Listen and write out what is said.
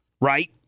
right